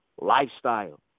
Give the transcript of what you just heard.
Lifestyle